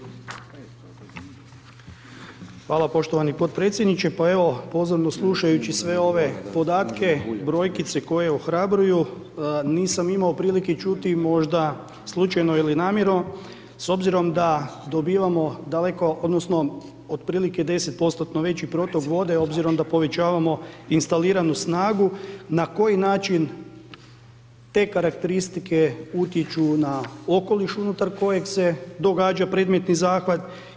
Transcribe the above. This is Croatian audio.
Hvala poštovani potpredsjedniče, pa evo, pozorno slušajući sve ove podatke, brojkice koje ohrabruju, nisam imao prilike čuti, možda slučajno ili namjerno, s obzirom da dobivamo, daleko, odnosno, otprilike 10% veći protok vode, obzirom da povećavamo instaliranu snage, na koji način te karakteristike utječu na okoliš unutar kojeg se događa predmetni zahvat.